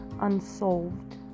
unsolved